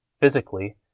Physically